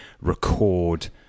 record